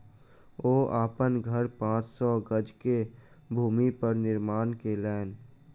ओ अपन घर पांच सौ गज के भूमि पर निर्माण केलैन